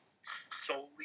solely